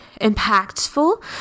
impactful